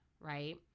right